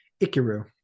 Ikiru